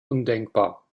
undenkbar